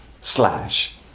slash